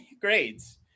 grades